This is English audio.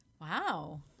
Wow